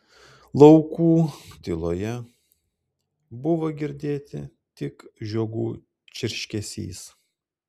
laukų tyloje buvo girdėti tik žiogų čirškesys